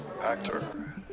Actor